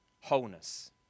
wholeness